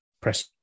press